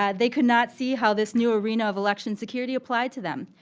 yeah they could not see how this new arena of election security applied to them.